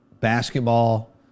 Basketball